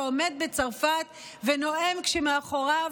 שעומד בצרפת ונואם כשמאחוריו